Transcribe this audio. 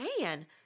man